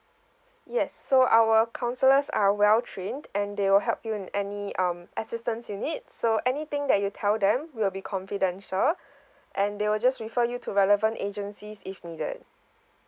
yes so our counsellors are well trained and they will help you in any um assistance you need so anything that you tell them will be confidential and they will just refer you to relevant agencies if needed